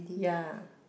ya